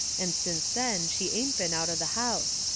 and since then she ain't been out of the house.